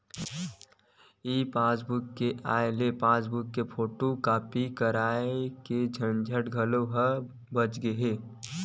ई passbook के आए ले पासबूक ल फोटूकापी कराए के झंझट ले घलो बाच गे